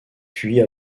puis